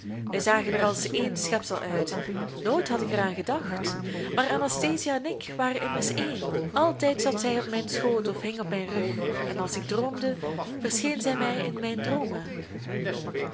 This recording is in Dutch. wij zagen er als één schepsel uit nooit had ik er aan gedacht maar anastasia en ik waren immers één altijd zat zij op mijn schoot of hing op mijn rug en als ik droomde verscheen zij mij in mijn droomen